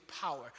power